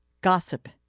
gossip